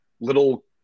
little